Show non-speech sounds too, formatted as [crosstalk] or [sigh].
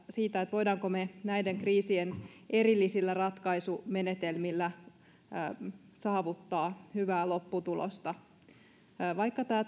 siitä voimmeko me näiden kriisien erillisillä ratkaisumenetelmillä saavuttaa hyvää lopputulosta vaikka tämä [unintelligible]